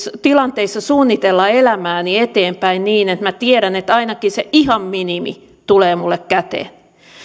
tilanteissa suunnitella elämääni eteenpäin niin että minä tiedän että ainakin se ihan minimi tulee minulle käteen